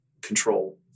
control